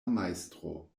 majstro